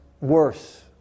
worse